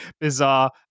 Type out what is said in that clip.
bizarre